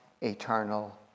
eternal